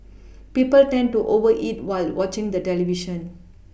people tend to over eat while watching the television